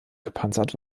gepanzert